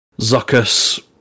Zuckus